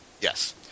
Yes